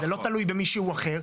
זה לא תלוי במישהו אחר.